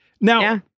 Now